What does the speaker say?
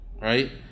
right